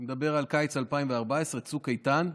אני מדבר על קיץ 2014, צוק איתן.